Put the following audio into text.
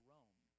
Rome